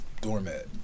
doormat